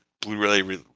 Blu-ray